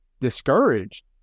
discouraged